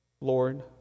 Lord